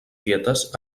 dietes